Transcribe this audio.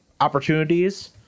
opportunities